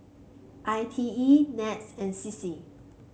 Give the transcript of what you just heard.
I T E NETS and C C